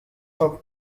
for